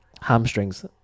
hamstrings